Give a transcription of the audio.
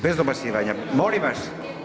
Bez dobacivanja, molim vas.